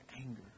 anger